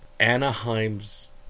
Anaheim's